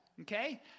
Okay